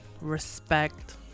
respect